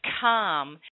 calm